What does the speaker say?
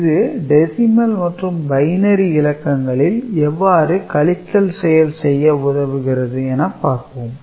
இது டெசிமல் மற்றும் பைனரி இலக்கங்களில் எவ்வாறு கழித்தல் செயல் செய்ய உதவுகிறது என பார்ப்போம்